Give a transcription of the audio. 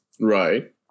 Right